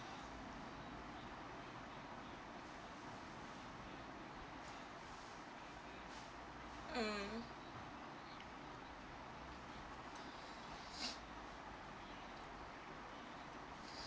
mm